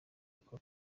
ako